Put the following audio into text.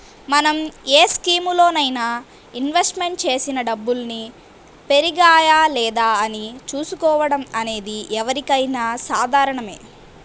మనం ఏ స్కీములోనైనా ఇన్వెస్ట్ చేసిన డబ్బుల్ని పెరిగాయా లేదా అని చూసుకోవడం అనేది ఎవరికైనా సాధారణమే